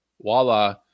Voila